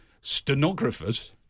stenographers